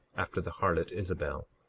after the harlot isabel.